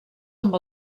amb